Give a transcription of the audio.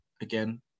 again